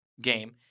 game